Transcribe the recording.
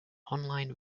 online